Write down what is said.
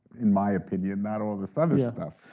in my opinion, not all this other stuff.